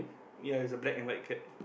ya it's a black and white cat